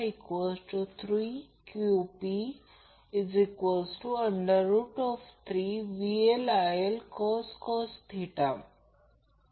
तर आता impedance per phase म्हणून Zp Zphase Z y किंवा Zp प्रत्यक्षात हे Zp आहे Zp Z Δ